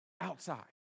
outside